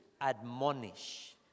Admonish